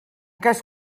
cas